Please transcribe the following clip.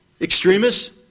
extremists